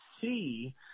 see